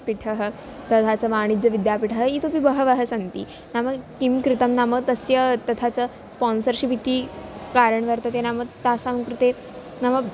पीठं तथा च वाणिज्यविद्यापीठम् इतोपि बहवः सन्ति नाम किं कृतं नाम तस्य तथा च स्पान्सर्शिप् इति कारणं वर्तते नाम तासां कृते नाम